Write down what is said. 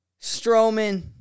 Strowman